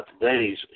today's